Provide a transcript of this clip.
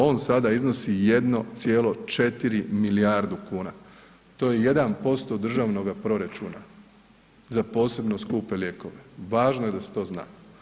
On sada iznosi 1,4 milijarde kuna, to je 1% državnoga proračuna za posebno skupe lijekove, važno je da se to zna.